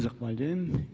Zahvaljujem.